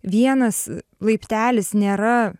vienas laiptelis nėra